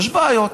יש בעיות.